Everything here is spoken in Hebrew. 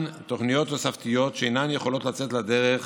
תוכניות תוספתיות שאינן יכולות לצאת לדרך